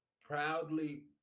proudly